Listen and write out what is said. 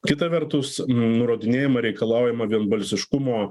kita vertus nurodinėjama reikalaujama vienbalsiškumo